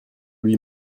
lui